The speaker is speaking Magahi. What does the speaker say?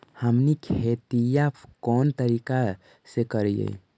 हमनी खेतीया कोन तरीका से करीय?